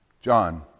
John